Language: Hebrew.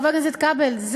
חבר הכנסת כבל,